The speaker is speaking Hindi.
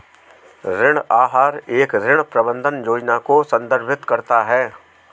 ऋण आहार एक ऋण प्रबंधन योजना को संदर्भित करता है